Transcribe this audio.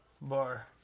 bar